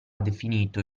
definito